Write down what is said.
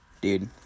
Dude